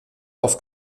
auf